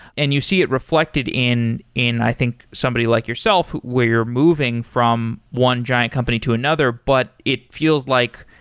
and you see it reflected in in i think somebody like yourself where you're moving from one giant company to another, but it feels like,